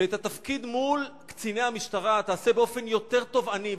שאת התפקיד מול קציני המשטרה תעשה באופן יותר תובעני,